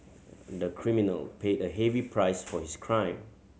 the criminal paid a heavy price for his crime